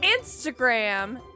Instagram